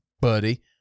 buddy